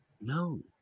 No